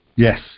Yes